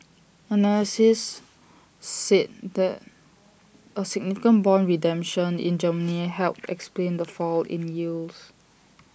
analysts said that A significant Bond redemption in Germany helped explain the fall in yields